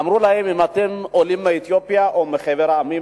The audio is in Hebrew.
אמרו להם: אם אתם עולים מאתיופיה או מחבר המדינות,